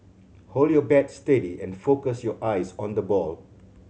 hold your bat steady and focus your eyes on the ball